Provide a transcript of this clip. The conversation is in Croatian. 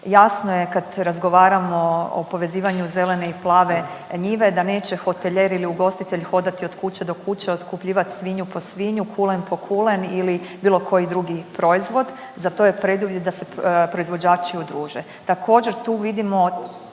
Jasno je kad razgovaramo o povezivanju zelene i plave njive da neće hotelijer i ugostitelj hodati od kuće do kuće, otkupljivat svinju po svinju, kulen po kulen ili bilo koji drugi proizvod. Za to je preduvjet da se proizvođači udruže. Također, tu vidimo